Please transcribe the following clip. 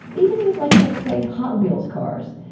even with like, like say hot wheels cars,